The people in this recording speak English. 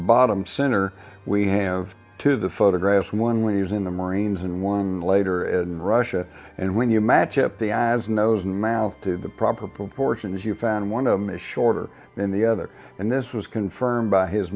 bottom center we have two the photographs one when he was in the marines and one later in russia and when you match up the eyes nose and mouth to the proper proportions you found one of them a shorter in the other and this was confirmed by his